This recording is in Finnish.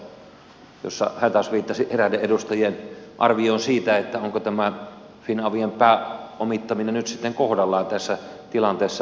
minäkin viittaan edustaja lindtmanin puheenvuoroon jossa hän taas viittasi eräiden edustajien arvioon siitä onko tämä finavian pääomittaminen nyt sitten kohdallaan tässä tilanteessa